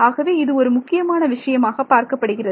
ஆகவே இது ஒரு முக்கியமான விஷயமாக பார்க்கப்படுகிறது